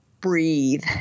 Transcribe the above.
breathe